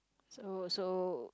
so so